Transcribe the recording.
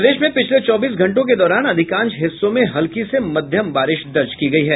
प्रदेश में पिछले चौबीस घंटों के दौरान अधिकांश हिस्सों में हल्की से मध्यम बारिश दर्ज की गयी है